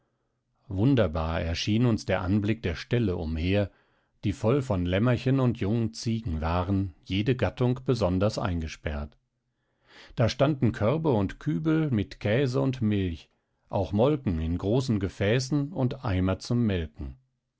wunderbar erschien uns der anblick der ställe umher die voll von lämmerchen und jungen ziegen waren jede gattung besonders eingesperrt da standen körbe und kübel mit käse und milch auch molken in großen gefäßen und eimer zum melken